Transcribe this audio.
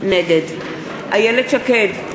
נגד איילת שקד,